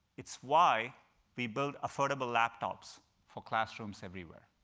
it's why we built affordable laptops for classrooms everywhere.